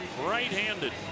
right-handed